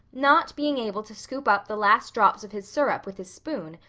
not being able to scoop up the last drops of his syrup with his spoon,